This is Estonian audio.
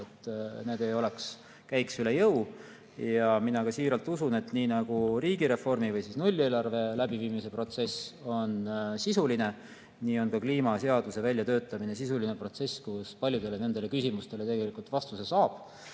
ei käiks üle jõu. Mina siiralt usun, et nii nagu riigireformi või nulleelarve läbiviimise protsess on sisuline, nii on ka kliimaseaduse väljatöötamine sisuline protsess, kus paljudele nendele küsimustele vastuse saab.